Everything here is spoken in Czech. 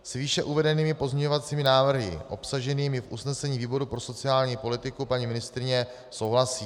S výše uvedenými pozměňovacími návrhy obsaženými v usnesení výboru pro sociální politiku paní ministryně souhlasí.